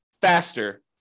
faster